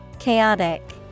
Chaotic